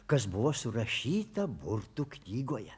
kas buvo surašyta burtų knygoje